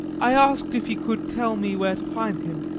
i asked if he could tell me where to find him.